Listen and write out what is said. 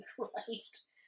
Christ